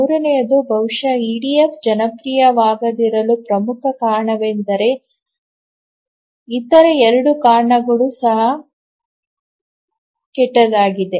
ಮೂರನೆಯದು ಬಹುಶಃ ಇಡಿಎಫ್ ಜನಪ್ರಿಯವಾಗದಿರಲು ಪ್ರಮುಖ ಕಾರಣವಾಗಿದೆ ಆದರೆ ಇತರ 2 ಕಾರಣಗಳು ಸಹ ಕೆಟ್ಟದಾಗಿವೆ